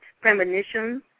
premonitions